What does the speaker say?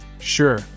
Sure